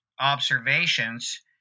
observations